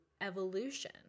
evolution